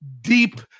deep